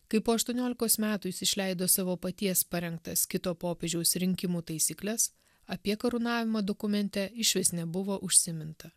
kai po aštuoniolikos metų jis išleido savo paties parengtas kito popiežiaus rinkimų taisykles apie karūnavimą dokumente išvis nebuvo užsiminta